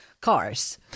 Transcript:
cars